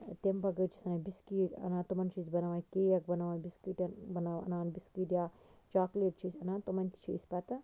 تَمہِ بَغٲر چھِ سٲنۍ بِسکیٖٹ انان تِمَن چھِ أسۍ بَناوان کیک بَناوان أسۍ بِسکیٖٹَن بَناوان اَنان بِسکیٖٹ یا چوکلیٹ چھِ أسۍ اَنان تِمَن تہِ چھِ أسۍ پَتہٕ